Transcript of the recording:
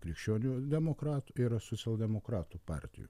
krikščionių demokratų ir socialdemokratų partijų